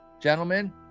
gentlemen